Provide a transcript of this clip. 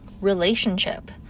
relationship